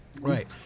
Right